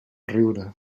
riure